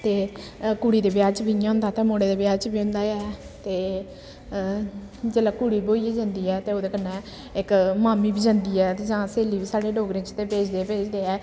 ते कुड़ी दे ब्याह् च बी इ'यां होंदा ते मुड़े दे ब्याह् च बी होंदा गै ऐ ते जेल्लै कुड़ी ब्होइयै जंदी ऐ ते ओह्दे कन्नै इक मामी बी जंदी ऐ ते जां स्हेली बी साढ़े डोगरें च ते भेजदे गै भेजदे ऐ